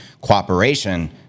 cooperation